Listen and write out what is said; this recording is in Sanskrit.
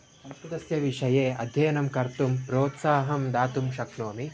संस्कृतस्य विषये अध्ययनं कर्तुं प्रोत्साहं दातुं शक्नोमि